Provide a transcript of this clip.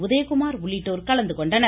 உதயகுமார் உள்ளிட்டோர் கலந்துகொண்டனர்